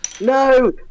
No